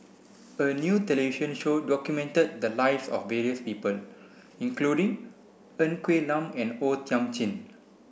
a new television show documented the lives of various people including Ng Quee Lam and O Thiam Chin